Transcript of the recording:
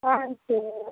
ஆ சரி